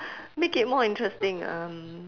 make it more interesting um